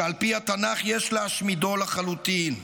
שעל פי התנ"ך יש להשמידו לחלוטין.